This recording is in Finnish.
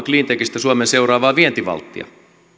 cleantechistä suomen seuraavaa vientivalttia